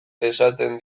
esaten